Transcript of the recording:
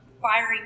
firing